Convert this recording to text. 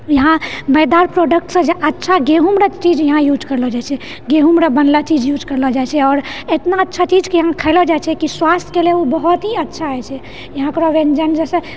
यहाँ मैदारऽ प्रोडक्टसँ जे अच्छा गेहूँमरक चीज इहाँ यूज करलो जाइत छै गेहूँमरऽ बनला चीज यूज करलो जाइत छै आओर एतना अच्छा चीज कि अहाँ खेलऔ जाइ छै कि स्वास्थयके लिअ ओ बहुत ही अच्छा होय छै इहाँकऽ रऽ पर व्यञ्जन जाहिसँ